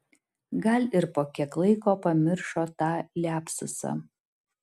gal ir po kiek laiko pamiršo tą liapsusą